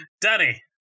Danny